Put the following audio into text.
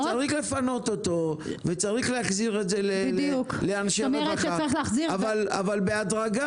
-- צריך לפנות אותו וצריך להחזיר את זה לאנשי רווחה אבל בהדרגה.